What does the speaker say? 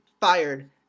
fired